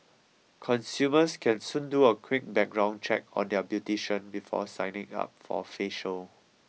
consumers can soon do a quick background check on their beautician before signing up for a facial